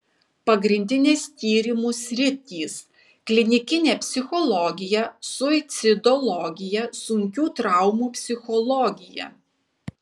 pagrindinės tyrimų sritys klinikinė psichologija suicidologija sunkių traumų psichologija